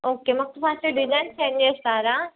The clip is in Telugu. ఓకే మాకు ఫస్ట్ డిజైన్స్ సెండ్ చేస్తారా